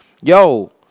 yo